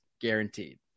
guaranteed